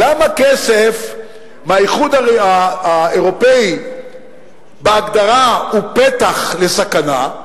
למה כסף מהאיחוד האירופי בהגדרה הוא פתח לסכנה,